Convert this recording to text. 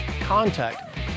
contact